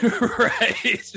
right